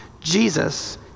Jesus